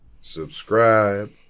subscribe